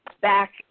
back